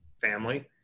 family